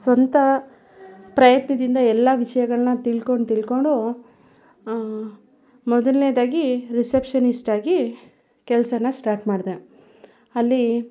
ಸ್ವಂತ ಪ್ರಯತ್ನದಿಂದ ಎಲ್ಲ ವಿಷಯಗಳ್ನ ತಿಳ್ಕೊಂಡು ತಿಳ್ಕೊಂಡು ಮೊದಲನೇದಾಗಿ ರಿಸೆಪ್ಷನಿಷ್ಟಾಗಿ ಕೆಲಸನ ಸ್ಟಾರ್ಟ್ ಮಾಡಿದೆ ಅಲ್ಲಿ